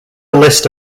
list